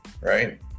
right